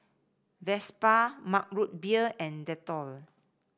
Vespa Mug Root Beer and Dettol